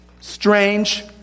strange